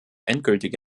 endgültige